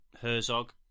Herzog